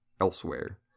Elsewhere